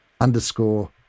underscore